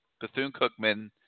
Bethune-Cookman